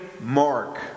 Mark